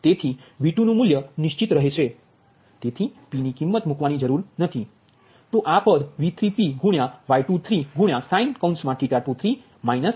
તેથી V2નુ મૂલ્ય નિશ્ચિત રહે છે તેથી P ની કિમ્મ્ત મૂકવાની જરૂર નથી તો આ પદ V3pY23sin 23 2p3p થશે